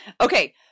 Okay